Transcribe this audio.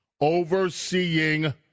overseeing